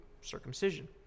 circumcision